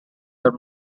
are